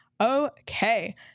Okay